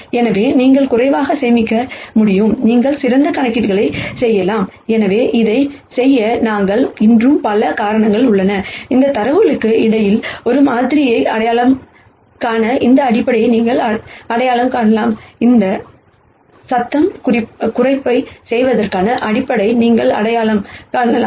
எனவே நீங்கள் குறைவாக சேமிக்க முடியும் நாங்கள் சிறந்த கணக்கீடுகளை செய்யலாம் மற்றும் இதை செய்ய நாங்கள் இன்னும் பல காரணங்கள் உள்ளன இந்த தரவுகளுக்கு இடையில் ஒரு மாதிரியை அடையாளம் காண இந்த அடிப்படையை நீங்கள் அடையாளம் காணலாம் நாய்ஸ் ரிடெக்ஷன் செய்வதற்கான டேட்டா அடிப்படையை நீங்கள் அடையாளம் காணலாம்